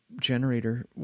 generator